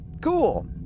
cool